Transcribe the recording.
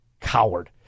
coward